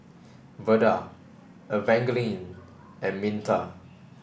Veda Evangeline and Minta